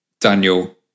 Daniel